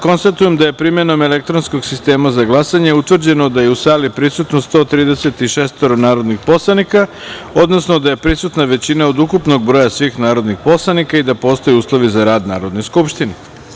Konstatujem da je primenom elektronskog sistema za glasanje utvrđeno da je u sali prisutno 136 narodnih poslanika, odnosno da je prisutna većina od ukupnog broja svih narodnih poslanika i da postoje uslovi za rad Narodne skupštine.